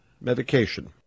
medication